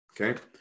Okay